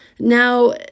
Now